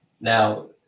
Now